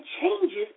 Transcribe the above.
changes